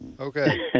Okay